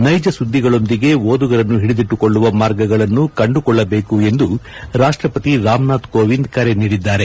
ನೈಜ ಸುದ್ವಿಗಳೊಂದಿಗೆ ಓದುಗರ ವಿಶ್ವಾಸಗಳಿಸುವ ಮಾರ್ಗಗಳನ್ನು ಕಂಡುಕೊಳ್ಳಬೇಕು ಎಂದು ರಾಷ್ಷಪತಿ ರಾಮನಾಥ್ ಕೋವಿಂದ್ ಕರೆ ನೀಡಿದ್ದಾರೆ